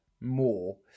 more